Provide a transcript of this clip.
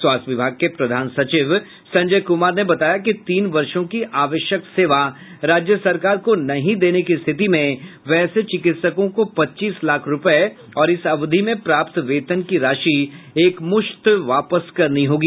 स्वास्थ्य विभाग के प्रधान सचिव संजय कुमार ने बताया कि तीन वर्षो की आवश्यक सेवा राज्य सरकार को नहीं देने की स्थिति में वैसे चिकित्सकों को पच्चीस लाख रूपये और इस अवधि में प्राप्त वेतन की राशि एक मुश्त वापस करनी होगी